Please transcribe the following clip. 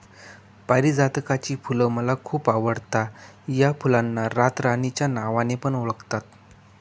पारीजातकाची फुल मला खूप आवडता या फुलांना रातराणी च्या नावाने पण ओळखतात